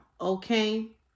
okay